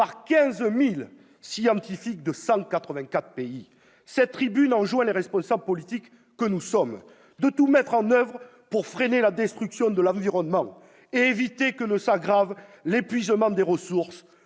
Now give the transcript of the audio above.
par 15 000 scientifiques de 184 pays. Cette tribune enjoint aux responsables politiques que nous sommes de tout mettre en oeuvre pour « freiner la destruction de l'environnement » et éviter que ne s'aggrave l'épuisement des ressources